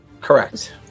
Correct